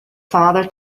father